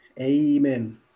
Amen